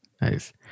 Nice